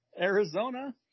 Arizona